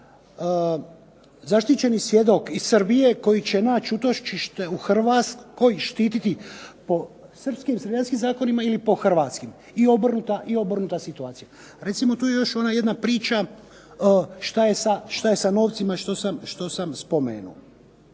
zaštićeni svjedok iz Srbije koji će naći utočište u Hrvatskoj štititi po srpskim zakonima ili po hrvatskim? I obrnuta situacija. Recimo tu je još ona jedna priča što je sa novcima što sam spomenuo.